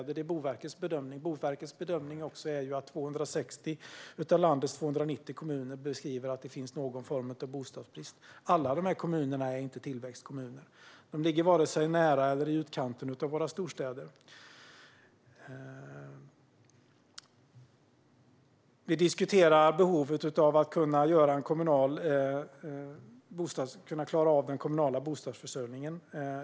Det är Boverkets bedömning. Boverkets bedömning är också att det finns någon form av bostadsbrist i 260 av landets 290 kommuner. Det är inte alla av de kommunerna som är tillväxtkommuner. De ligger varken nära eller i utkanten av våra storstäder. Vi diskuterar behovet av att klara av den kommunala bostadsförsörjningen.